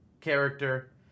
character